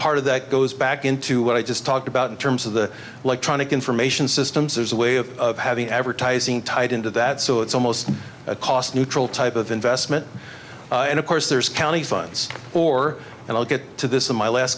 part of that goes back into what i just talked about in terms of the electronic information systems as a way of having advertising tied into that so it's almost a cost neutral type of investment and of course there's county funds or i'll get to this in my last